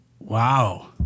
Wow